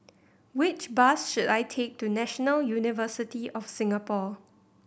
which bus should I take to National University of Singapore